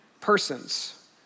persons